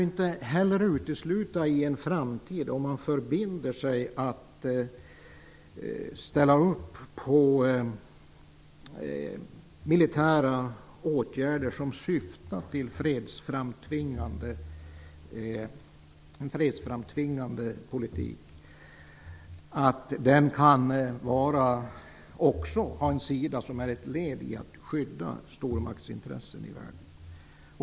Inte heller kan det, om man förbinder sig att ställa upp på militära åtgärder som syftar till en fredsframtvingande politik, i framtiden uteslutas att det också finns en sida som är ett led i skyddet av stormaktsintressen i världen.